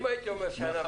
אם הייתי אומר שנה,